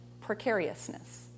precariousness